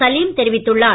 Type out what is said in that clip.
சனீம் தெரிவித்துள்ளார்